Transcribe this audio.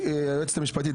היועצת המשפטית,